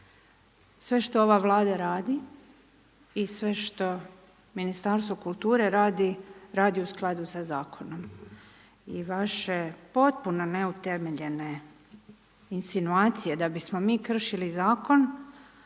Sve što ova Vlada radi i sve što Ministarstvo kulture radi, radi u skladu sa zakonom i vaše potpuno neutemeljene insinuacije, da bismo mi kršili zakon,